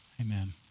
Amen